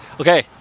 Okay